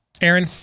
Aaron